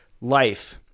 life